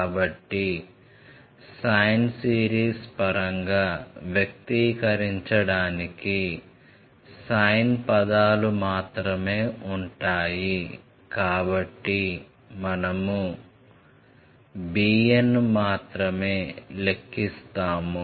కాబట్టి sine series పరంగా వ్యక్తీకరించడానికి సైన్ పదాలు మాత్రమే ఉంటాయి కాబట్టి మనం bn మాత్రమే లెక్కిస్తాము